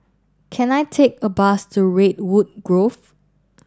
can I take a bus to Redwood Grove